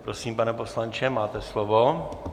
Prosím, pane poslanče, máte slovo.